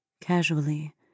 Casually